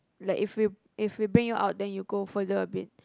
like if we if we bring you out then you go further a bit